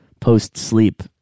post-sleep